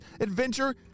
adventure